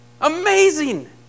Amazing